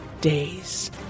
days